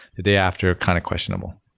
the day after, kind of questionable.